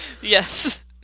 Yes